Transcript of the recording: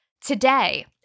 Today